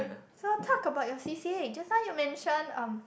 so talk about your C_C_A just now you mention um